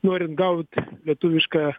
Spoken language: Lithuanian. norint gaut lietuvišką